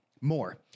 more